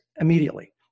immediately